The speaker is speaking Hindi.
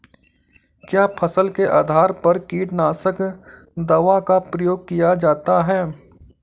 क्या फसल के आधार पर कीटनाशक दवा का प्रयोग किया जाता है?